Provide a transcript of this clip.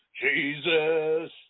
Jesus